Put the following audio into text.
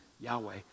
Yahweh